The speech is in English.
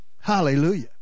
Hallelujah